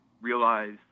realize